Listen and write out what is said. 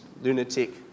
lunatic